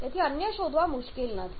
તેથી અન્ય શોધવા મુશ્કેલ નથી